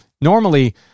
Normally